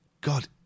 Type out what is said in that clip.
God